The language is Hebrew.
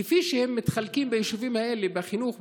כפי שהן מתחלקות ביישובים האלה בחינוך,